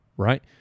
Right